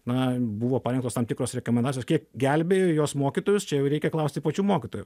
na buvo parengtos tam tikros rekomendacijos kiek gelbėjo jos mokytojus čia jau reikia klausti pačių mokytojų